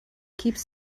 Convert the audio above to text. keeps